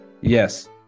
Yes